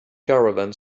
caravan